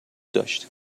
داشت